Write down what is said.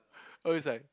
oh he's like